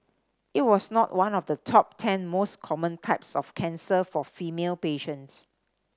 it was not one of the top ten most common types of cancer for female patients